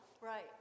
Right